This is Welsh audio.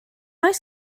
oes